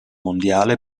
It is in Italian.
mondiale